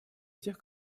тех